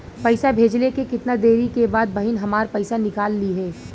पैसा भेजले के कितना देरी के बाद बहिन हमार पैसा निकाल लिहे?